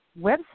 website